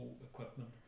equipment